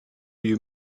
you